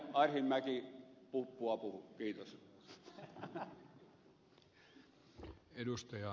arhinmäki puppua puhui